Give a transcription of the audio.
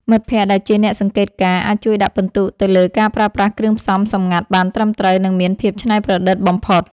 មិត្តភក្តិដែលជាអ្នកសង្កេតការណ៍អាចជួយដាក់ពិន្ទុទៅលើការប្រើប្រាស់គ្រឿងផ្សំសម្ងាត់បានត្រឹមត្រូវ និងមានភាពច្នៃប្រឌិតបំផុត។